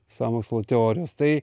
sąmokslo teorijos tai